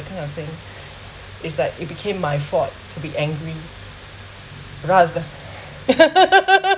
kind of thing is that it became my fault to be angry rather